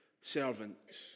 servants